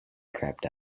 crept